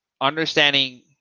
understanding